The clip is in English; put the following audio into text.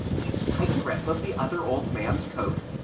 keeps tight grip of the other old man's coat.